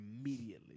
immediately